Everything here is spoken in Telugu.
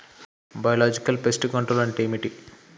బయోలాజికల్ ఫెస్ట్ కంట్రోల్ అంటే ఏమిటి?